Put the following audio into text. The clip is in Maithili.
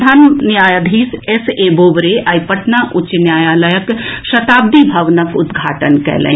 प्रधान न्यायाधीश एस ए बोबड़े आइ पटना उच्च न्यायालयक शताब्दी भवनक उद्घाटन कयलनि